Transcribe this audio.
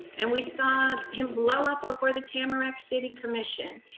and we saw him blow up before the tamarac city commission.